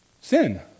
sin